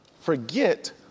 forget